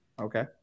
Okay